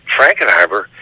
Frankenheimer